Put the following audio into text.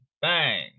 Bang